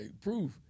proof